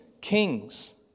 kings